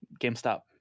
gamestop